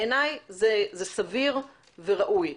בעיניי זה סביר וראוי.